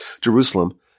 Jerusalem